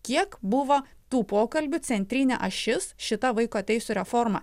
kiek buvo tų pokalbių centrinė ašis šita vaiko teisių reforma